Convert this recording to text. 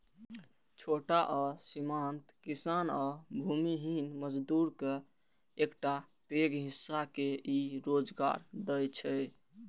छोट आ सीमांत किसान आ भूमिहीन मजदूरक एकटा पैघ हिस्सा के ई रोजगार दै छै